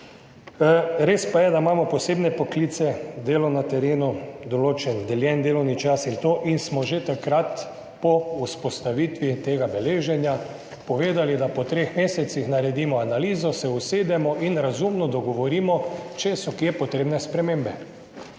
Res pa je, da imamo posebne poklice, delo na terenu, določen deljen delovni čas in smo že takrat po vzpostavitvi tega beleženja povedali, da po treh mesecih naredimo analizo, se usedemo in razumno dogovorimo, če so kje potrebne spremembe,